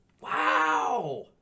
Wow